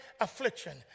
affliction